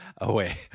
away